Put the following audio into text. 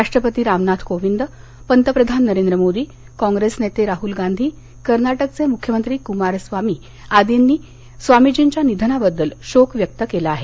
राष्ट्रपती रामनाथ कोविंद पंतप्रधान नरेंद्र मोदी काँग्रेस नेते राहल गांधी कर्नाटकघे मुख्यमंत्री कुमारस्वामी आदींनी स्वामीजींच्या निधनाबद्दल शोक व्यक्त केला आहे